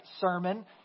sermon